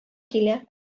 килә